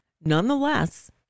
Nonetheless